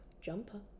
Jumper